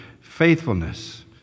Faithfulness